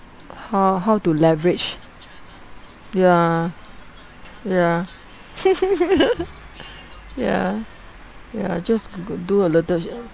how how to leverage ya ya ya ya just g~ g~ do a little